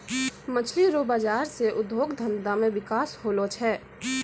मछली रो बाजार से उद्योग धंधा मे बिकास होलो छै